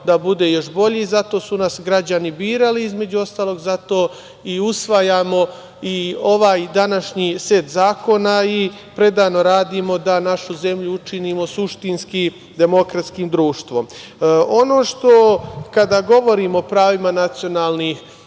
da bude još bolji, zato su nas građani birali, između ostalog zato i usvajamo ovaj današnji set zakona i predano radimo da našu zemlju učinimo suštinski demokratskim društvom. Ono što, kada govorimo o pravima nacionalnih